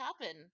happen